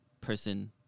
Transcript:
person